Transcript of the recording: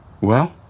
Well